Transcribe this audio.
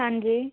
ਹਾਂਜੀ